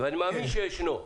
ואני מאמין שהוא ישנו,